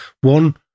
one